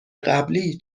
قبلی